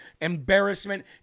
embarrassment